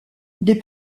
des